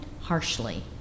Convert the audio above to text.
harshly